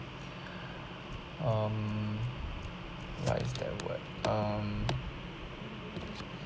um what is that word um